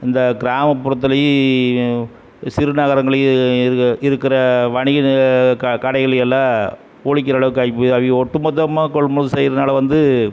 இந்த கிராமப்புறத்திலையும் சிறுநகரங்கள்லேயும் இரு இருக்கிற வணிக க கடைகளை எல்லாம் ஒழிக்கிற அளவுக்கு ஆகி போய் அவக ஒட்டுமொத்தமாக கொள்முதல் செய்கிறதுனால வந்து